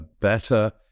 better